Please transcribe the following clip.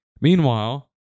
Meanwhile